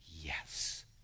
yes